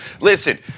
Listen